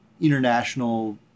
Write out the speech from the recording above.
international